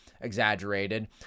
exaggerated